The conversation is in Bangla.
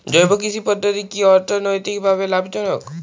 জৈব কৃষি পদ্ধতি কি অর্থনৈতিকভাবে লাভজনক?